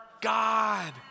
God